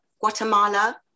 guatemala